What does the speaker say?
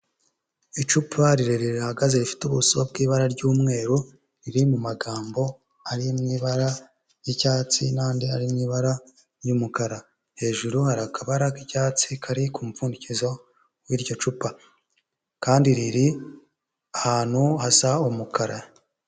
Icupa rirerire rihagaze, rifite ubuso bw'ibara ry'umweru, riri mu magambo ari mu ibara ry'icyatsi n'andi ari mu ibara ry'umukara, hejuru hari akabara k'icyatsi kari ku mupfundikizo w'iryo cupa kandi riri ahantu hasa umukara.